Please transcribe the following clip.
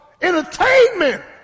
entertainment